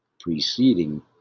preceding